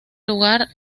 lugar